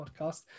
podcast